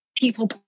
people